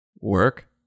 Work